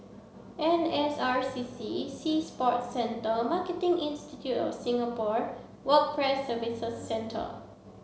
N S R C C Sea Sports Centre Marketing Institute of Singapore Work Price Services Centre